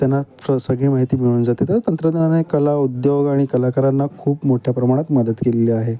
त्यांना सगळी माहिती मिळून जाते तर तंत्रज्ञानाने कला उद्योग आणि कलाकारांना खूप मोठ्या प्रमाणात मदत केलेली आहे